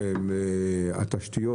אין להם תשתיות